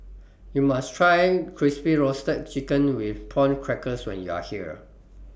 YOU must Try Crispy Roasted Chicken with Prawn Crackers when YOU Are here